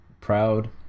Proud